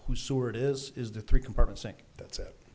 who sort is is the three compartment saying that's it